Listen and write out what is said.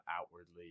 outwardly